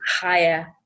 higher